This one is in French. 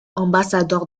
ambassadeur